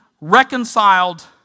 reconciled